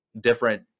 different